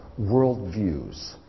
worldviews